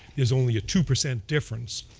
there's only a two percent difference.